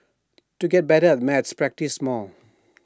to get better at maths practise more